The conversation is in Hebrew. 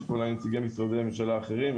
יש פה אולי נציגי משרדי ממשלה אחרים,